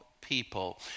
people